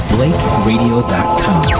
BlakeRadio.com